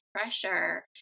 pressure